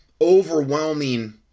overwhelming